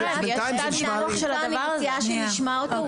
אז נמצא איתנו גור רוזנבלט, אני מציעה שנשמע אותו.